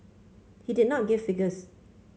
he did not give figures